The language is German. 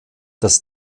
das